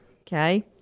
okay